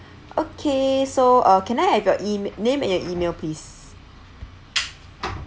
okay so uh can I have your name and your email please